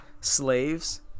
slaves